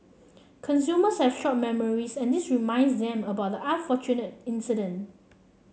consumers have short memories and this reminds them about the unfortunate incident